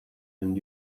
and